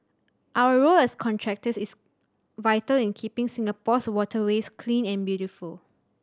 our role as contractors is vital in keeping Singapore's waterways clean and beautiful